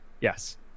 yes